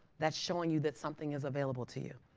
that's showing you that something is available to you.